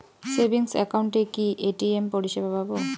Savings একাউন্টে কি ATM পরিসেবা পাব?